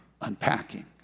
unpacking